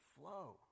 flow